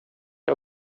jag